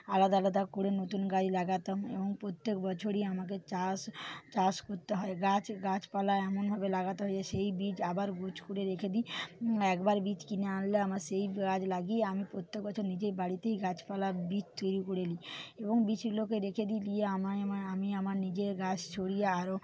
আলাদা আলাদা করে নতুন গাছ লাগাতাম এবং প্রত্যেক বছরই আমাকে চাষ চাষ করতে হয় গাছ গাছপালা এমনভাবে লাগাতে হয় যে সেই বীজ আবার গাছ করে রেখে দি একবার বীজ কিনে আনলে আমার সেই গাছ লাগিয়ে আমি প্রত্যেক বছর নিজের বাড়িতেই গাছপালা বীজ তৈরি করে নি এবং বীজগুলোকে রেখে দি দিয়ে আমায় আমায় আমি আমার নিজের গাছ ছড়িয়ে আরো